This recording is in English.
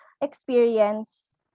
experience